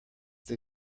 they